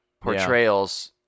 portrayals